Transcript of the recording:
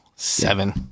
Seven